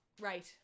right